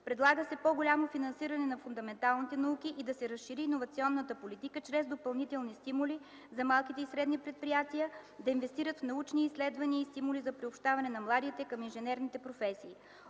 Предлага се по-голямо финансиране на фундаменталните науки и да се разшири иновационната политика чрез допълнителни стимули за малките и средни предприятия – да инвестират в научни изследвания и стимули за приобщаване на младите към инженерните професии.